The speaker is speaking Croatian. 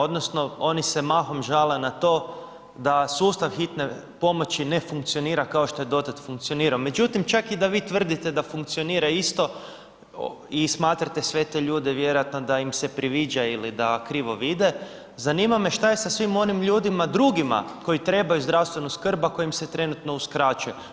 Odnosno oni se mahom žale na to da sustav hitne pomoći ne funkcionira kao što je dotad funkcionirao, međutim čak i da vi tvrdite da funkcionira isto i smatrate sve te ljude vjerojatno da im se priviđa ili da krivo vide, zanima me šta je sa svim onim ljudima drugima koji trebaju zdravstvenu skrb, a koja im se trenutno uskraćuje.